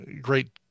great